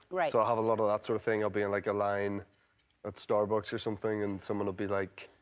right. so i'll have a lot of that sort of thing. i'll be in like a line at starbucks or something. and someone will be like,